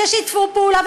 ששיתפו פעולה,